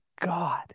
God